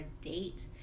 date